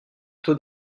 taux